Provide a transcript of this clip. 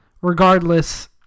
Regardless